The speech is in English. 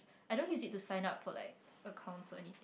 I don't use it to sign up for accounts or anything